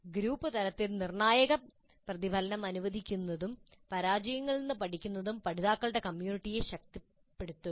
group തലത്തിൽ നിർണായക പ്രതിഫലനം അനുവദിക്കുന്നതും പരാജയങ്ങളിൽ നിന്ന് പഠിക്കുന്നതും പഠിതാക്കളുടെ കമ്മ്യൂണിറ്റിയെ ശക്തിപ്പെടുത്തുക